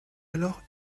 alors